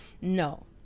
No